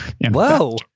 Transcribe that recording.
Whoa